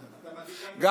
שגם זה גזענות,